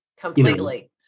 Completely